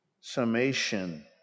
summation